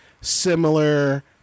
similar